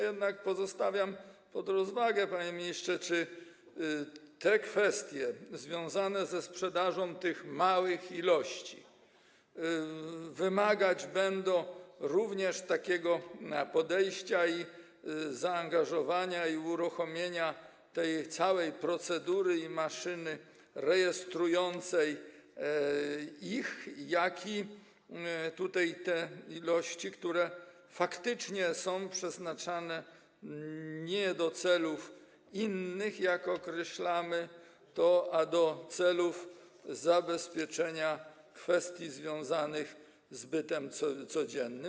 Jednak poddaję pod rozwagę, panie ministrze, czy te kwestie związane ze sprzedażą małych ilości wymagać będą również takiego podejścia i zaangażowania, uruchomienia tej całej procedury i maszyny rejestrującej tak jak w przypadku tych ilości, które faktycznie są przeznaczane nie do celów innych, jak określamy to, a do celów zabezpieczenia kwestii związanych z bytem codziennym.